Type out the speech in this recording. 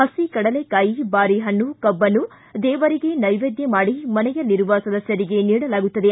ಪಸಿ ಕಡಲೆಕಾಯಿ ಬಾರಿ ಹಣ್ಣು ಕಭ್ಬನ್ನು ದೇವರಿಗೆ ನೈವೇದ್ಯ ಮಾಡಿ ಮನೆಯಲ್ಲಿರುವ ಸದಸ್ಕರಿಗೆ ನೀಡಲಾಗುತ್ತದೆ